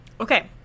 Okay